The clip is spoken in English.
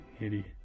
idiot